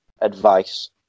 advice